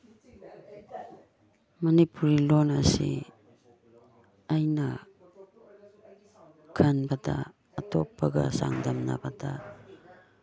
ꯃꯅꯤꯄꯨꯔꯤ ꯂꯣꯟ ꯑꯁꯤ ꯑꯩꯅ ꯈꯟꯕꯗ ꯑꯇꯣꯞꯄꯒ ꯆꯥꯡꯗꯝꯅꯕꯗ